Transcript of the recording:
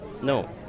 No